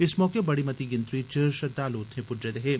इस मौके बड़ी मती गिनतरी च श्रद्वालु उत्थें पुज्जे दे हे